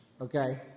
okay